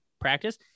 practice